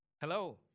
Hello